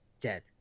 dead